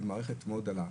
זו מערכת מאוד דלה.